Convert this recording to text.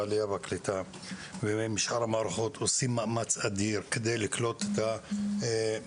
אם תתקשרו למוקד עכשיו, כוכבית חמש אחת שלושים,